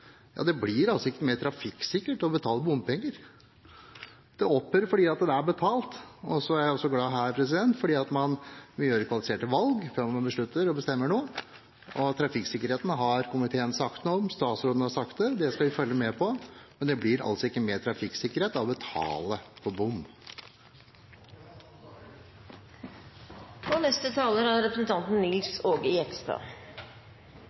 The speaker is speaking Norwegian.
betalt. Jeg er også glad for at man her gjør kvalifiserte valg før man beslutter noe og bestemmer noe. Trafikksikkerheten har både komiteen og statsråden sagt noe om. Det skal vi følge med på. Men det blir ikke mer trafikksikkerhet av å betale for bom.